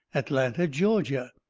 atlanta, ga.